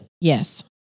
Yes